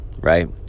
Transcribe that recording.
right